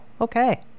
Okay